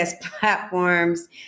platforms